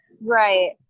right